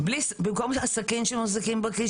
במקום הסכין שמחזיקים בכיס.